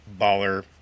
baller